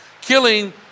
killing